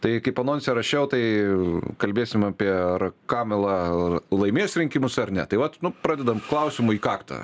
tai kaip anonse rašiau tai kalbėsim apie ar kamala laimės rinkimus ar ne tai vat nu pradedam klausimu į kaktą